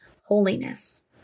holiness